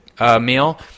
meal